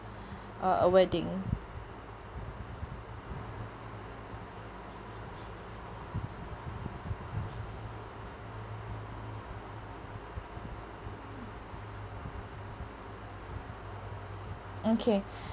uh a wedding okay